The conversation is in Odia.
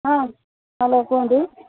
ହଁ ହ୍ୟାଲୋ କୁହନ୍ତୁ